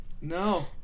No